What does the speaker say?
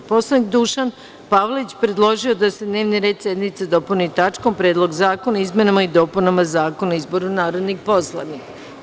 Narodni poslanik Dušan Pavlović predložio je da se dnevni red sednice dopuni tačkom – Predlog zakona o izmenama i dopunama Zakona o izboru narodnih poslanika.